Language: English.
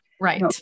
Right